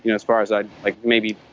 you know as far as i maybe